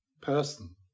person